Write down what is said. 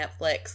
Netflix